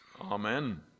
Amen